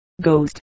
Ghost